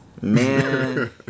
Man